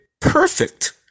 perfect